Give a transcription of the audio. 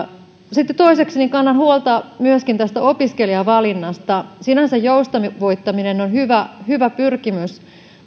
toiseksi kannan huolta myöskin tästä opiskelijavalinnasta sinänsä joustavoittaminen on hyvä hyvä pyrkimys